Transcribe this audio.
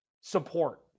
support